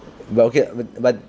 but okay but